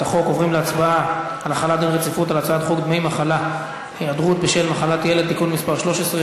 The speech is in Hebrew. חוק הסדרת העיסוק במקצועות הבריאות (תיקון מס' 4,